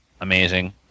amazing